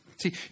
See